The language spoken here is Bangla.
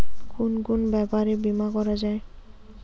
কুন কুন ব্যাপারে বীমা করা যায়?